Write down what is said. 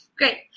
Great